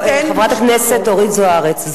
לא, חברת הכנסת אורית זוארץ.